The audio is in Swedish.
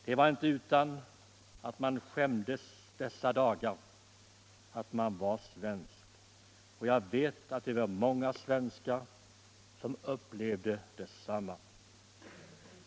Det var inte utan att man skämdes dessa dagar att man var svensk, och jag vet att det var många svenskar som upplevde detsamma.